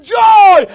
joy